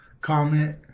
comment